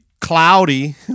Cloudy